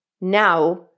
now